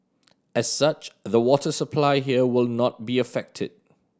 as such the water supply here will not be affected